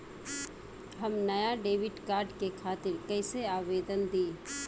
हम नया debit card के खातिर कइसे आवेदन दीं?